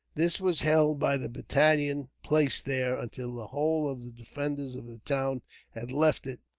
this was held by the battalion placed there, until the whole of the defenders of the town had left it,